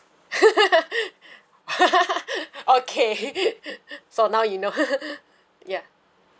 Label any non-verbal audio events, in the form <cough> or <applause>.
<laughs> okay so now you know <laughs> ya